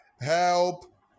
help